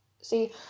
See